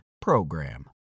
PROGRAM